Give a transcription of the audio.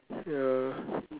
ya